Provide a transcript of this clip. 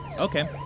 Okay